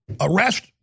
arrest